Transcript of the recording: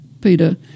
Peter